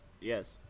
Yes